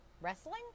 Wrestling